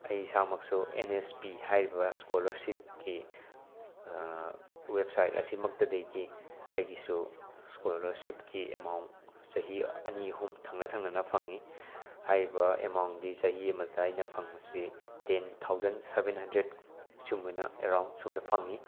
ꯑꯩ ꯏꯁꯥꯃꯛꯁꯨ N S P ꯍꯥꯏꯔꯤꯕ ꯁ꯭ꯀꯣꯂ꯭ꯔꯁꯤꯞꯀꯤ ꯋꯦꯞꯁꯥꯏꯠ ꯑꯁꯤꯃꯛꯇꯗꯒꯤ ꯑꯩꯒꯤꯁꯨ ꯁ꯭ꯀꯣꯂ꯭ꯔꯁꯤꯞꯀꯤ ꯑꯦꯃꯥꯎꯟ ꯆꯍꯤ ꯑꯅꯤ ꯑꯍꯨꯝ ꯊꯪꯅ ꯊꯪꯅꯅ ꯐꯪꯏ ꯍꯥꯏꯔꯤꯕ ꯑꯦꯃꯥꯎꯟꯗꯤ ꯆꯍꯤ ꯑꯃꯗ ꯑꯩꯅ ꯐꯪꯕꯁꯤ ꯇꯦꯟ ꯊꯥꯎꯖꯟ ꯁꯕꯦꯟ ꯍꯟꯗ꯭ꯔꯦꯠ ꯁꯨꯃꯥꯏꯅ ꯑꯦꯔꯥꯎꯟ ꯁꯨꯝꯕꯗ ꯐꯪꯏ